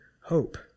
hope